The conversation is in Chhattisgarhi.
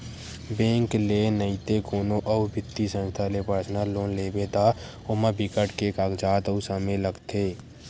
बेंक ले नइते कोनो अउ बित्तीय संस्था ले पर्सनल लोन लेबे त ओमा बिकट के कागजात अउ समे लागथे